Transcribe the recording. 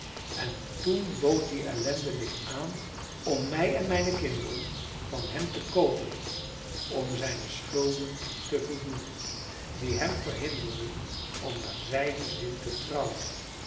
en toen bood die ellendeling aan om mij en mijne kinderen van hem te koopen om zijne schulden te voldoen die hem verhinderden om naar zijnen zin te